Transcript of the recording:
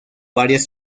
varias